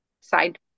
side